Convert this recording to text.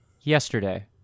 yesterday